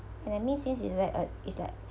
that neans since it's like err it's like